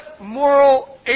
moral